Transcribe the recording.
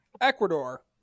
Ecuador